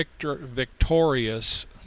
victorious